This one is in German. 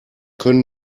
können